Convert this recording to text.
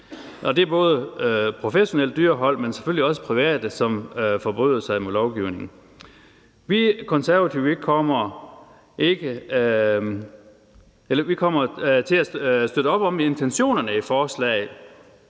til professionelle dyrehold, men selvfølgelig også private, som forbryder sig mod lovgivningen. Vi i Konservative kommer til at støtte op om intentionen i forslaget.